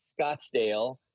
Scottsdale